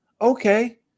okay